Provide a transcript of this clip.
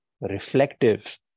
reflective